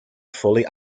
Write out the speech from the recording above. fully